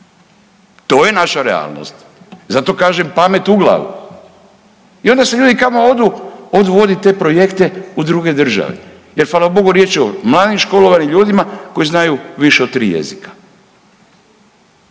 To je naša realnost. Zato kažem pamet u glavu. I onda se ljudi kamo odu odvodit te projekte u druge države jer hvala Bogu riječ je o mladim školovanim ljudima koji znaju više od 3 jezika.